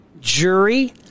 jury